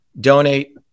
donate